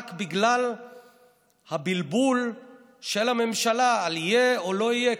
רק בגלל הבלבול של הממשלה על יהיה או לא יהיה,